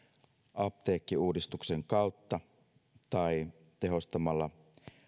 apteekkiuudistuksen kautta tai tehostamalla